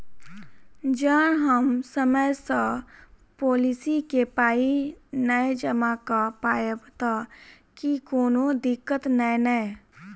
जँ हम समय सअ पोलिसी केँ पाई नै जमा कऽ पायब तऽ की कोनो दिक्कत नै नै?